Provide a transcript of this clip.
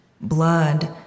blood